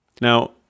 Now